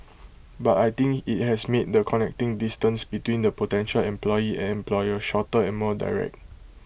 but I think IT has made the connecting distance between the potential employee and employer shorter and more direct